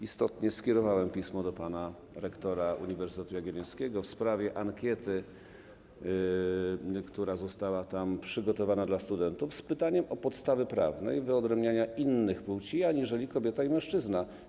Istotnie skierowałem pismo do pana rektora Uniwersytetu Jagiellońskiego w sprawie ankiety, która została tam przygotowana dla studentów, z pytaniem o podstawy prawne wyodrębniania innych płci aniżeli kobieta i mężczyzna.